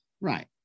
right